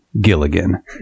Gilligan